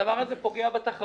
הדבר הזה פוגע בתחרות.